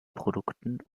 produkten